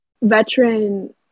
veteran